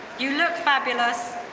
you look fabulous.